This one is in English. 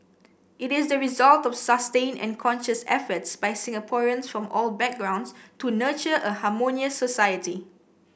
it is the result of sustained and conscious efforts by Singaporeans from all backgrounds to nurture a harmonious society